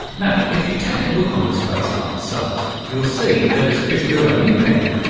now, if you take a look on the spacehive site you'll see that, as chris gourlay indicated,